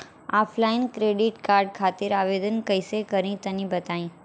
Offline credit card खातिर आवेदन कइसे करि तनि बताई?